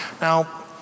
Now